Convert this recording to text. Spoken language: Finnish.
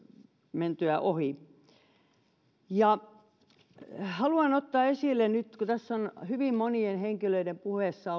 mentyä ohi haluan ottaa esille nyt kuten tässä on hyvin monien henkilöiden puheessa